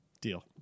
Deal